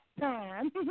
time